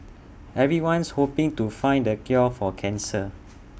everyone's hoping to find the cure for cancer